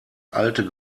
alte